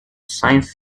science